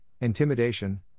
intimidation